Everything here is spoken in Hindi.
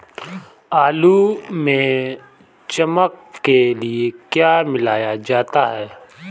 आलू में चमक के लिए क्या मिलाया जाता है?